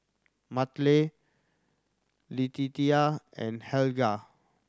Mattye Letitia and Helga